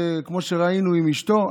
שכמו שראינו עם אשתו,